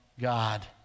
God